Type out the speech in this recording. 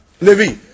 Levi